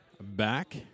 back